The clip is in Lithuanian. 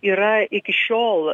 yra iki šiol